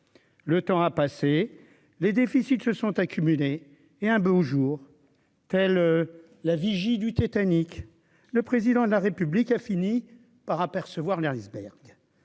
Le temps a passé, les déficits se sont accumulés et un beau jour, telle la vigie du Titanic, le président de la République a finit par apercevoir les icebergs,